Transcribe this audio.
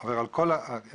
עובר על כל ההפגנות,